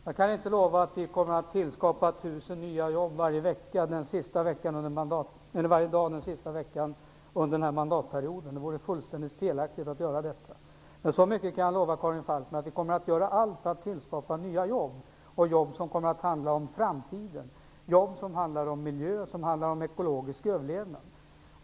Herr talman! Jag kan inte lova att vi kommer att tillskapa 1 000 nya jobb varje dag den sista veckan under den här mandatperioden. Det vore fullständigt fel att göra det. Men så mycket kan jag lova Karin Falkmer att vi kommer att göra allt för att tillskapa nya jobb, jobb som kommer att handla om framtiden, jobb som handlar om miljö, som handlar om ekologisk överlevnad.